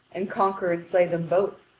and conquer and slay them both,